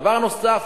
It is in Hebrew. דבר נוסף,